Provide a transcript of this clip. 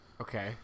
Okay